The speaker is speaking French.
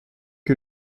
que